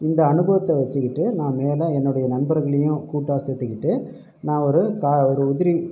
இந்த அனுபவத்தை வைச்சிக்கிட்டு நா மேலே என்னுடைய நண்பர்களையும் கூட்டாக சேர்த்துக்கிட்டு நான் ஒரு கா ஒரு உதிரி